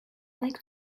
like